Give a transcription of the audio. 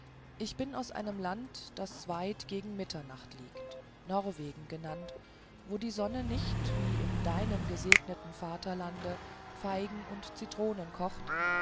ich bin aus einem lande das weit gegen mitternacht liegt norwegen genannt wo die sonne nicht wie in deinem gesegneten vaterlande feigen und